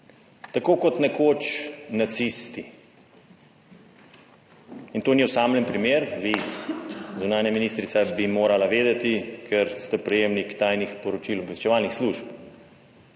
tako kot nekoč nacisti, in to ni osamljen primer. Vi, zunanja ministrica, bi morala vedeti, ker ste prejemnik tajnih poročil obveščevalnih služb.